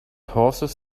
horses